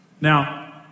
Now